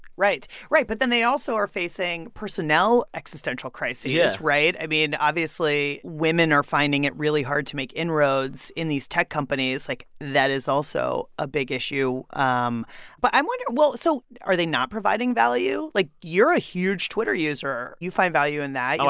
right. right. but then, they also are facing personnel existential crisis yeah right. i mean, obviously, women are finding it really hard to make inroads in these tech companies. like, that is also a big issue. um but i'm wondering well, so are they not providing value? like, you're a huge twitter user. you find value in that.